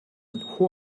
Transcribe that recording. who